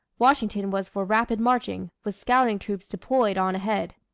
washington was for rapid marching, with scouting troops deployed on ahead.